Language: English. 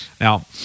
Now